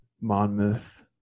Monmouth